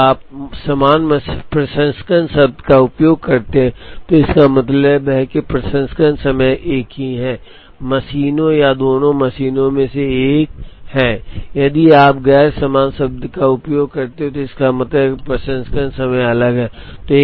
यदि आप समान प्रसंस्करण शब्द का उपयोग करते हैं तो इसका मतलब है कि प्रसंस्करण समय एक ही है मशीनों या दोनों मशीनों में से एक है और यदि आप गैर समान शब्द का उपयोग करते हैं तो इसका मतलब है कि प्रसंस्करण समय अलग हैं